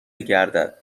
گردد